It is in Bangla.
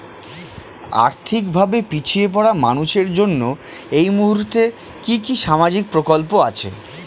আর্থিক ভাবে পিছিয়ে পড়া মানুষের জন্য এই মুহূর্তে কি কি সামাজিক প্রকল্প আছে?